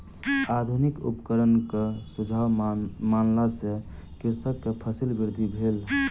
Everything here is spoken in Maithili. आधुनिक उपकरणक सुझाव मानला सॅ कृषक के फसील वृद्धि भेल